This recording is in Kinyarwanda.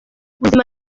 ubuzima